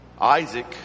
isaac